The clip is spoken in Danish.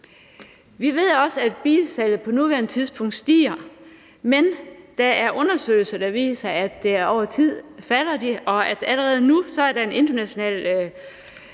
Vi ved også, at bilsalget på nuværende tidspunkt stiger, men der er undersøgelser, der viser, at det over tid falder. Og allerede nu er der et internationalt